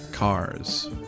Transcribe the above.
cars